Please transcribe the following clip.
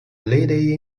lady